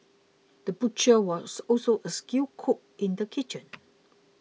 the butcher was also a skilled cook in the kitchen